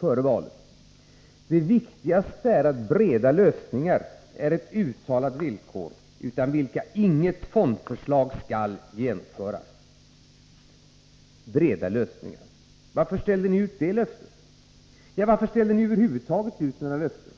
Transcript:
före valet: ”Det viktigaste är att breda lösningar är ett uttalat villkor, utan vilka inget fondförslag skall genomföras.” ”Breda lösningar” — varför ställde ni ut det löftet? Ja, varför ställde ni över huvud taget ut några löften?